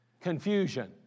Confusion